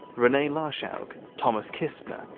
renee larshowg, thomas kissner,